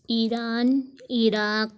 Iran Iraq